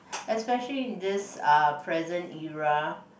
especially in this uh present era